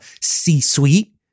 C-suite